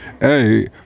Hey